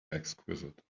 exquisite